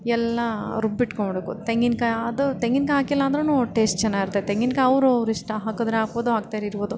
ಎಲ್ಲ ರುಬ್ಬಿಟ್ಕೊಂಡ್ಬಿಡ್ಬೇಕು ತೆಂಗಿನ್ಕಾ ಅದು ತೆಂಗಿನ್ಕಾಯಿ ಹಾಕಿಲ್ಲ ಅಂದ್ರೂ ಟೇಶ್ಟ್ ಚೆನ್ನಾಗಿರುತ್ತೆ ತೆಂಗಿನ್ಕಾಯಿ ಅವರು ಅವರಿಷ್ಟ ಹಾಕಿದ್ರೆ ಹಾಕ್ಬೋದು ಹಾಕ್ದೆರೆ ಇರ್ಬೋದು